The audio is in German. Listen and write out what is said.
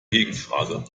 gegenfrage